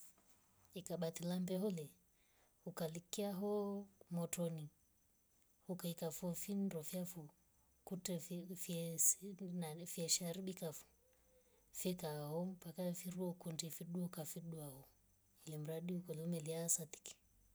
Ikabati la ndohule ukalilkya hoo mtori. ukaeka foo fin ndo fyafu kutyefu ufyesi unali fyesharibika foo fika awayo mpaka mfirwa kundi fedukwa. fedwao ilimradi ukali ukolimiara saa tiki